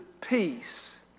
peace